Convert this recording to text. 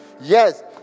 Yes